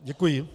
Děkuji.